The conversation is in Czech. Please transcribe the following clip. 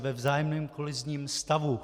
Ve vzájemném kolizním stavu.